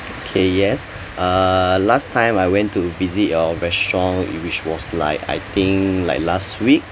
okay yes uh last time I went to visit your restaurant it which was like I think like last week